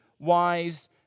wise